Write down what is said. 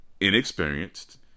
inexperienced